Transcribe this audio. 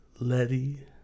Letty